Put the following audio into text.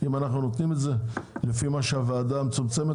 אילו זכויות נתתם בתמורה?